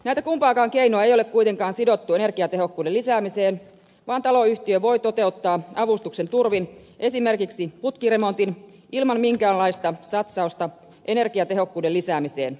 näitä kumpaakaan keinoa ei ole kuitenkaan sidottu energiatehokkuuden lisäämiseen vaan taloyhtiö voi toteuttaa avustuksen turvin esimerkiksi putkiremontin ilman minkäänlaista satsausta energiatehokkuuden lisäämiseen